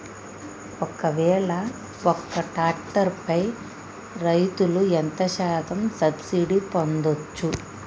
ఒక్కవేల ఒక్క ట్రాక్టర్ పై రైతులు ఎంత శాతం సబ్సిడీ పొందచ్చు?